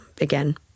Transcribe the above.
again